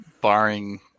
Barring